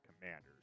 Commanders